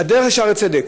בדרך ל"שערי צדק".